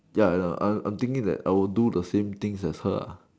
ya ya I'm I'm thinking that I would do the same things as her ah